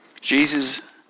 Jesus